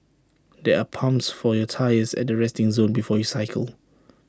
there are pumps for your tyres at the resting zone before you cycle